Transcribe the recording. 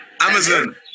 Amazon